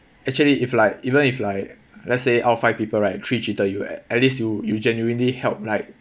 actually if like even if like let's say out of five people right three cheated you at at least you you genuinely helped like